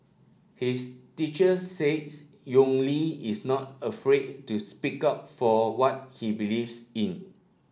his teacher says Yong Li is not afraid to speak up for what he believes in